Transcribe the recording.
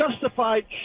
justified